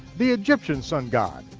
the egyptian sun-god,